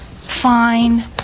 Fine